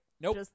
Nope